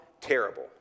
terrible